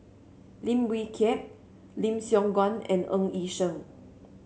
Lim Wee Kiak Lim Siong Guan and Ng Yi Sheng